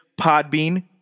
Podbean